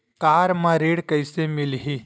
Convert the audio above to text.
Car म ऋण कइसे मिलही?